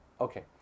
Okay